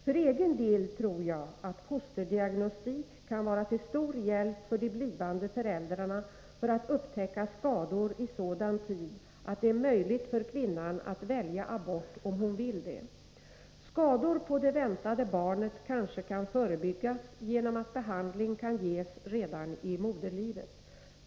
För egen del tror jag att fosterdiagnostik kan vara till stor hjälp för de blivande föräldrarna för att upptäcka skador i sådan tid att det är möjligt för kvinnan att välja abort om hon vill det. Skador på det väntade barnet kanske kan förebyggas genom att behandling kan ges redan i moderlivet.